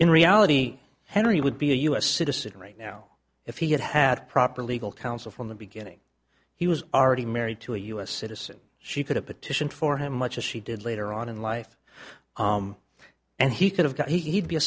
in reality henry would be a u s citizen right now if he had had proper legal counsel from the beginning he was already married to a u s citizen she could have petitioned for him much as she did later on in life and he could have got he'd be a